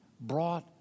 brought